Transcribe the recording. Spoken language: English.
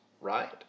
right